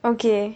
okay